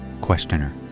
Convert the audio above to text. Questioner